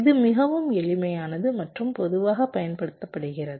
இது மிகவும் எளிமையானது மற்றும் பொதுவாக பயன்படுத்தப்படுகிறது